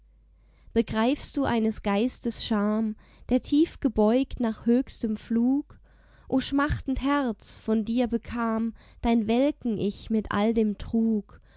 begreifst du eines geistes scham der tief gebeugt nach höchstem flug o schmachtend herz von dir bekam dein welken ich mit all dem trug